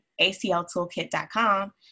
acltoolkit.com